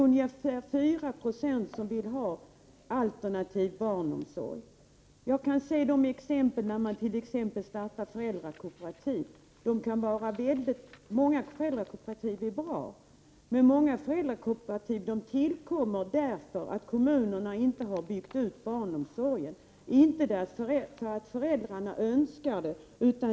Ungefär 4 9o vill ha alternativ barnomsorg och vill exempelvis starta föräldrakooperativ. Många av föräldrakooperativen är bra, men många av dem har tillkommit därför att kommunerna inte har byggt ut barnomsorgen, inte därför att föräldrarna önskar dem.